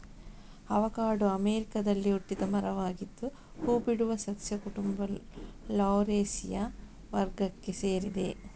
avocado ಅಮೆರಿಕಾದಲ್ಲಿ ಹುಟ್ಟಿದ ಮರವಾಗಿದ್ದು ಹೂ ಬಿಡುವ ಸಸ್ಯ ಕುಟುಂಬ ಲೌರೇಸಿಯ ವರ್ಗಕ್ಕೆ ಸೇರಿದೆ